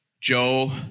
Joe